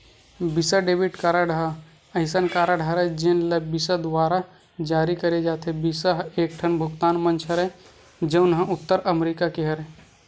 बिसा debit card ह असइन कारड हरय जेन ल बिसा दुवारा जारी करे जाथे, बिसा ह एकठन भुगतान मंच हरय जउन ह उत्तर अमरिका के हरय